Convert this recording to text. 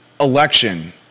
election